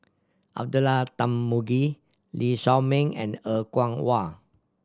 Abdullah Tarmugi Lee Shao Meng and Er Kwong Wah